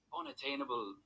unattainable